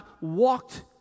walked